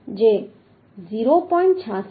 જે 0